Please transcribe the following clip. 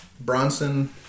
Bronson